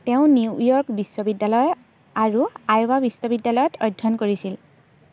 তেওঁ New York বিশ্ববিদ্যালয় আৰু আইৱা বিশ্ববিদ্যালয়ত অধ্যয়ন কৰিছিল